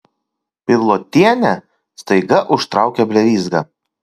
pilotienė staiga užtraukia blevyzgą